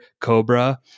Cobra